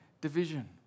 division